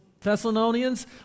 Thessalonians